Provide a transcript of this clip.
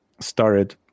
started